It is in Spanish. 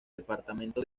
departamento